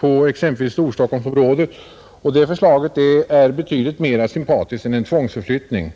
på t.ex. Storstockholmsområdet, och det förslaget är betydligt mera sympatiskt än en tvångsförflyttning.